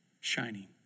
shining